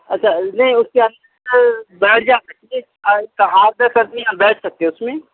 اچھا نہیں اس کے اندر بیٹھ جا سکتے آٹھ آٹھ دس آدمی نا بیٹھ سکتے اس میں